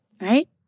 right